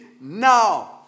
now